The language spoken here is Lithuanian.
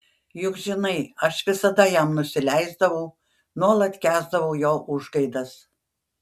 juk žinai aš visada jam nusileisdavau nuolat kęsdavau jo užgaidas